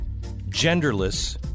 genderless